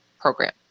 program